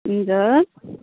हजुर